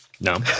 No